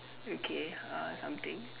okay uh something